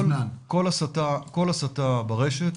כל הסתה ברשת,